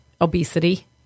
obesity